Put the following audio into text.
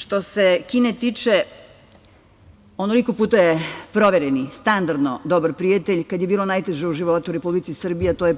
Što se Kine tiče, onoliko puta je provereni, standardno dobri prijatelj kada je bilo najteže u životu Republike Srbije, a to je